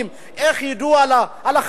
איך ידעו על השירותים החברתיים?